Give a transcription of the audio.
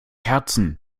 herzen